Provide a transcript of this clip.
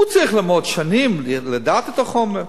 הוא צריך ללמוד שנים ולדעת את החומר,